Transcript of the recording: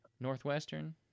Northwestern